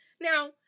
Now